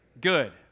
good